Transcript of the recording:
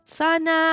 sana